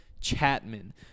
Chapman